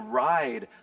ride